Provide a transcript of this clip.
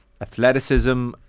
athleticism